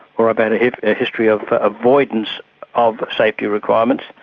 or i've had a ah history of ah avoidance of safety requirements,